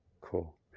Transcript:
Cool